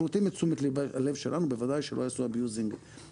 אנחנו נותנים את תשומת הלב שלנו בוודאי שלא יעשו abusing ללקוחות.